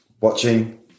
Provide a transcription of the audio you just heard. watching